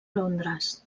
londres